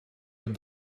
with